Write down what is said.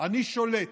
אני שולט.